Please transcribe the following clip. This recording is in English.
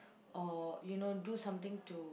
or you know do something to